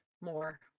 more